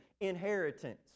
inheritance